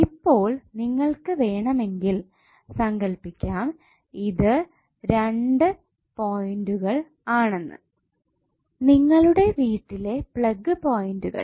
ഇപ്പോൾ നിങ്ങൾക്ക് വേണമെങ്കിൽ സങ്കൽപ്പിക്കാം ഇത്രണ്ട് പോയിൻറ്കൾ ആണ് നിങ്ങളുടെ വീട്ടിലെ പ്ളഗ് പോയിൻറ്കൾ